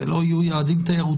אלה לא יהיו יעדים תיירותיים.